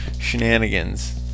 shenanigans